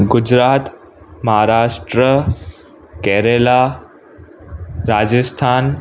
Gujarat Maharashtra Kerala Rajasthan